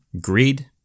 greed